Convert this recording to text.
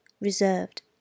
reserved